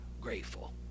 grateful